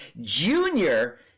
Junior